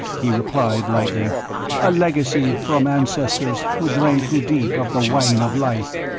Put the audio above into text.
he replied, lightly a legacy from ancestors who drank too deep of the wine of life.